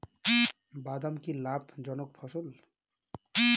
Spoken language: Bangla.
বাদাম কি লাভ জনক ফসল?